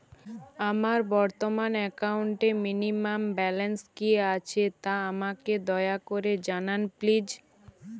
আমার বর্তমান একাউন্টে মিনিমাম ব্যালেন্স কী আছে তা আমাকে দয়া করে জানান প্লিজ